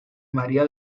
maría